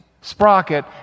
sprocket